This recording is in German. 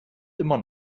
immer